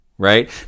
Right